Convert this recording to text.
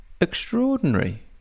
Extraordinary